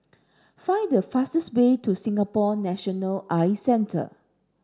find the fastest way to Singapore National Eye Centre